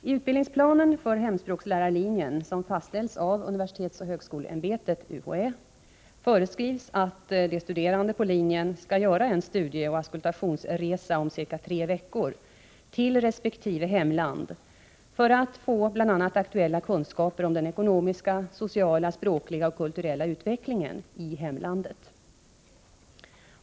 I utbildningsplanen för hemspråkslärarlinjen, som fastställs av universitetsoch högskoleämbetet , föreskrivs att de studerande på linjen skall göra en studieoch auskultationsresa om ca tre veckor till resp. hemland för att få bl.a. aktuella kunskaper om den ekonomiska, sociala, språkliga och kulturella utvecklingen i hemlandet.